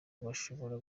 bashobora